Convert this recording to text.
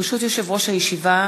ברשות יושב ראש הישיבה,